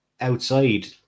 outside